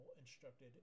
instructed